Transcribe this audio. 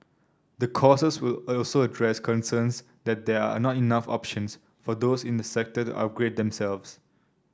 the courses will also address concerns that there are not enough options for those in the sector the are upgrade themselves